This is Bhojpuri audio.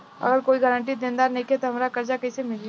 अगर कोई गारंटी देनदार नईखे त हमरा कर्जा कैसे मिली?